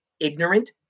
ignorant